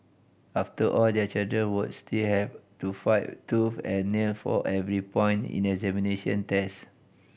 after all their children would still have to fight tooth and nail for every point in examination test